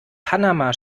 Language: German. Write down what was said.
panama